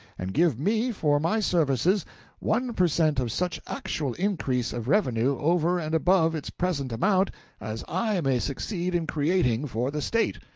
and give me for my services one per cent of such actual increase of revenue over and above its present amount as i may succeed in creating for the state.